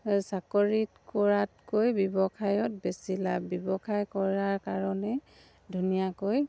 চাকৰিত কৰাতকৈ ব্যৱসায়ত বেছি লাভ ব্যৱসায় কৰাৰ কাৰণে ধুনীয়াকৈ